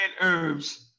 herbs